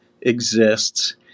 exists